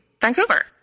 Vancouver